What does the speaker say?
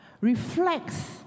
Reflects